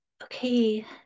Okay